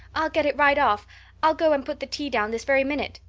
i'll get it right off i'll go and put the tea down this very minute.